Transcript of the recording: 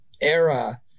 era